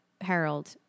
Harold